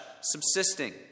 subsisting